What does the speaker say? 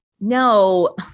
No